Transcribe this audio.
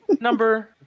number